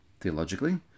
Theologically